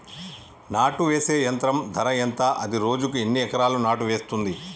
నాటు వేసే యంత్రం ధర ఎంత? అది రోజుకు ఎన్ని ఎకరాలు నాటు వేస్తుంది?